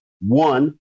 One